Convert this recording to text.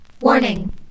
Warning